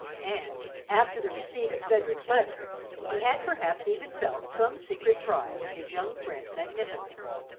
and after the receipt of cedric's letter he had perhaps even felt some secret pride in his young friend's magnificence.